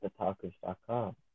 thetalkers.com